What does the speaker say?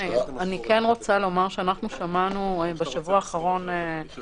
אני מזכיר שמה שנקבע כרגע בחוק זה